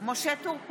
משה טור פז,